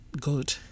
good